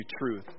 truth